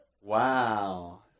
wow